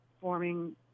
forming